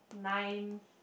nine